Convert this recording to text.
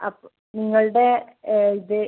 അപ്പോള് നിങ്ങളുടെ ഇത്